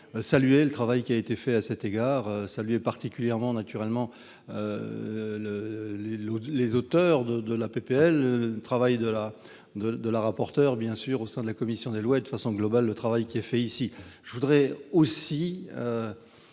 Saluer le travail qui a été fait à cet égard lui particulièrement naturellement. Le les les les auteurs de de la PPL, travail de la de de la rapporteure bien sûr au sein de la commission des lois et de façon globale le travail qui est fait ici. Je voudrais aussi.